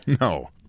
No